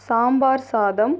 சாம்பார் சாதம்